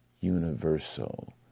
universal